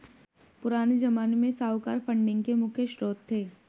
पुराने ज़माने में साहूकार फंडिंग के मुख्य श्रोत थे